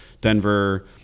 Denver –